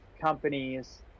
companies